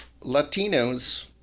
Latinos